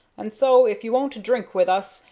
and so, if you won't drink with us,